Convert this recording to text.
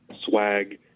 swag